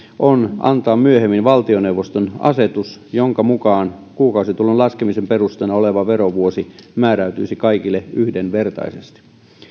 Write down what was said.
on antaa myöhemmin valtioneuvoston asetus jonka mukaan kuukausitulon laskemisen perusteena oleva verovuosi määräytyisi kaikille yhdenvertaisesti